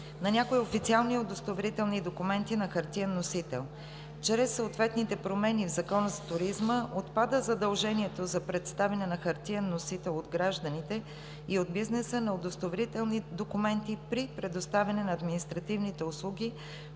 на някои официални удостоверителни документи на хартиен носител. Чрез съответните промени в Закона за туризма отпада задължението за представяне на хартиен носител от гражданите и от бизнеса на удостоверителни документи при предоставяне на административните услуги